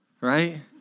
Right